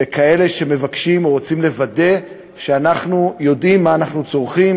וכאלה שמבקשות או רוצות לוודא שאנחנו יודעים מה אנחנו צורכים,